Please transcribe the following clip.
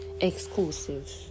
exclusive